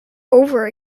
over